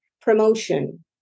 promotion